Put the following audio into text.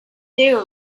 deal